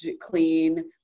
clean